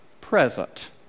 present